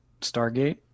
Stargate